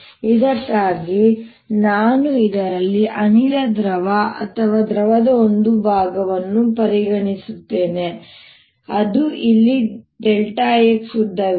ಇದಕ್ಕಾಗಿ ನಾನು ಇದರಲ್ಲಿ ಅನಿಲ ಅಥವಾ ದ್ರವದ ಒಂದು ಭಾಗವನ್ನು ಪರಿಗಣಿಸುತ್ತೇನೆ ಅದು ಇಲ್ಲಿ x ಉದ್ದವಿದೆ